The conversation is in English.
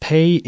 Pay